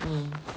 mm